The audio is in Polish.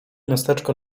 miasteczko